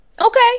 Okay